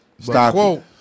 Stop